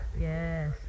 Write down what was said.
Yes